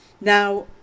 now